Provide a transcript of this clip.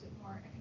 more